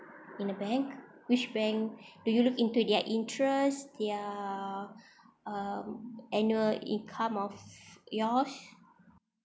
in a bank which bank do you look into their interest their um annual income of yours